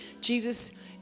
Jesus